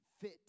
fit